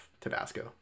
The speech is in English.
Tabasco